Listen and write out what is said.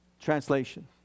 translation